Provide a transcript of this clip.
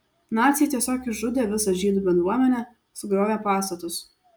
naciai tiesiog išžudė visą žydų bendruomenę sugriovė pastatus